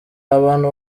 abantu